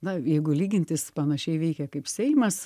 na jeigu lygintis panašiai veikia kaip seimas